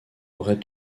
aurait